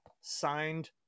signed